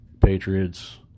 Patriots